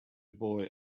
boy